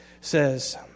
says